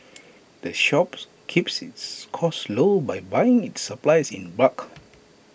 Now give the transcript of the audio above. the shop keeps its costs low by buying its supplies in bulk